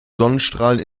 sonnenstrahlen